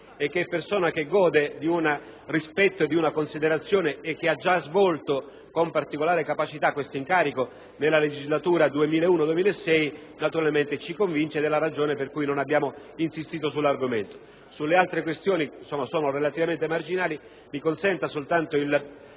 persona che gode di rispetto e considerazione e che ha già svolto con particolare capacità questo incarico nella legislatura 2001-2006, naturalmente ci convincono, ragione per la quale non abbiamo insistito sull'argomento. Le altre questioni sono relativamente marginali. Mi consenta soltanto,